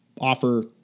offer